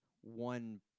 one